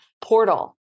portal